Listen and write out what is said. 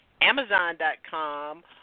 Amazon.com